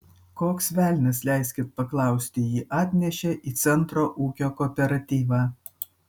koks velnias leiskit paklausti jį atnešė į centro ūkio kooperatyvą